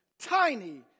tiny